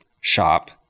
shop